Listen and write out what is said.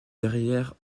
derrière